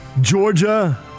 Georgia